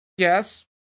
Yes